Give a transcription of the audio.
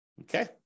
okay